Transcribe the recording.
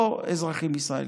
לא אזרחים ישראלים,